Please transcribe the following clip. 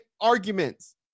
arguments